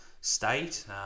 state